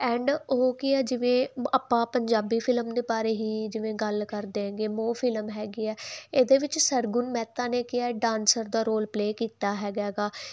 and ਓਹ ਕੀ ਆ ਜਿਵੇਂ ਆਪਾਂ ਪੰਜਾਬੀ ਫਿਲਮ ਦੇ ਬਾਰੇ ਹੀ ਜਿਵੇਂ ਗੱਲ ਕਰਦੇ ਆਗੇ ਮੋਹ ਫਿਲਮ ਹੈਗੀ ਆ ਇਹਦੇ ਵਿੱਚ ਸਰਗੁਣ ਮਹਿਤਾ ਨੇ ਕਿਹਾ ਡਾਂਸਰ ਦਾ ਰੋਲ ਪਲੇ ਕੀਤਾ ਹੈਗਾ ਗਾ